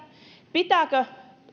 pitääkö